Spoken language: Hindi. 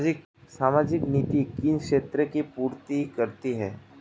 सामाजिक नीति किन क्षेत्रों की पूर्ति करती है?